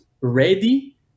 ready